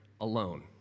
alone